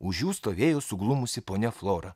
už jų stovėjo suglumusi ponia flora